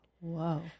Whoa